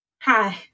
hi